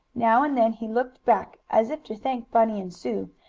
now and then he looked back, as if to thank bunny and sue,